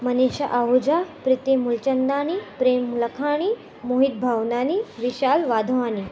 Manisha Ahuja Preeti Mulchandani Prem Lakhani Mohit Bhavnani Vishal Wadhwani